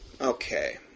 Okay